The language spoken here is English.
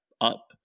up